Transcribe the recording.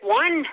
one